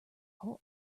whole